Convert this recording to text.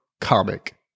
comic